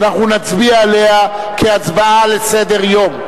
ואנחנו נצביע עליה כהצעה לסדר-היום,